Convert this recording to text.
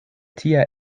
tia